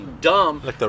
dumb